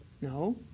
No